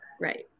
Right